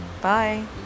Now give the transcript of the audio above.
Bye